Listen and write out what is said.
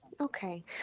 okay